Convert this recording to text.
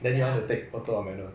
ya